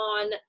on